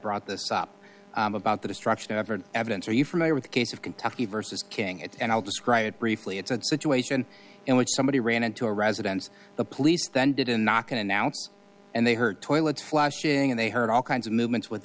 brought this up about the destruction of an evidence are you familiar with the case of kentucky versus king it and i'll describe it briefly it's a situation in which somebody ran into a residence the police then didn't knock and announce and they heard toilet flushing and they heard all kinds of movements with